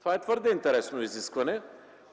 Това е твърде интересно изискване